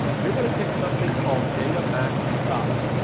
you're going to pick something called data max size.